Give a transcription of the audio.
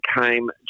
came